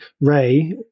Ray